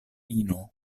ino